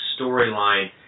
storyline